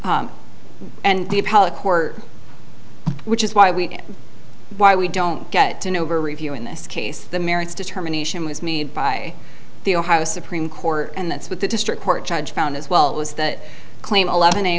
court which is why we why we don't get to know her review in this case the merits determination was made by the ohio supreme court and that's what the district court judge found as well was that claim eleven